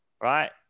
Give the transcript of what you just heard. Right